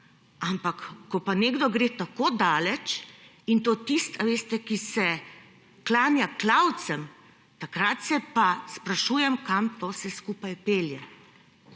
ampak ko pa nekdo gre tako daleč – in to tisti, ki se klanja klavcem –, takrat se pa sprašujem, kam to vse skupaj pelje.